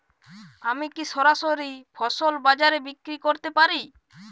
আমি কি সরাসরি ফসল বাজারে বিক্রি করতে পারি?